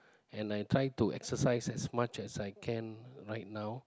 and I try to exercise as much as I can right now